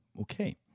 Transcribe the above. okay